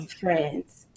friends